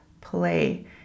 play